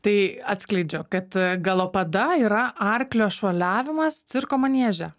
tai atskleidžiu kad galopada yra arklio šuoliavimas cirko manieže